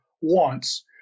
wants